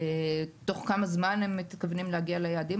תוך כמה זמן הם מתכוונים להגיע ליעדים